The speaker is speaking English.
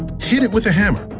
hit it with a hammer.